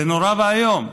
זה נורא ואיום.